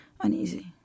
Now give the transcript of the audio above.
uneasy